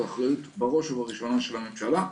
זו אחריות בראש ובראשונה של הממשלה,